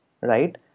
right